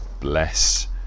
bless